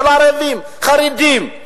חרדים,